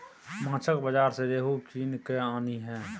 माछक बाजार सँ रोहू कीन कय आनिहे